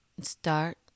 start